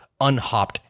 unhopped